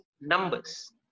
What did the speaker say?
numbers